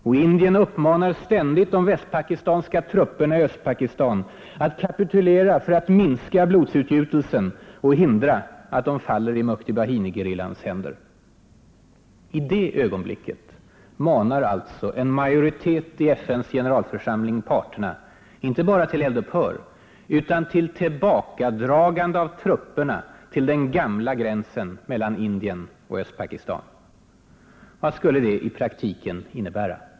Och Indien uppmanar ständigt de västpakistanska trupperna i Östpakistan att kapitulera för att minska blodsutgjutelsen och hindra att de faller i Mukti-Bahini-gerillans händer. I det ögonblicket manar alltså en majoritet i FN:s generalförsamling parterna inte bara till eld-upphör utan till tillbakadragande av trupperna till den gamla gränsen mellan Indien och Östpakistan. Vad skulle det i praktiken innebära?